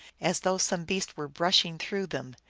as though some beast were brushing through them,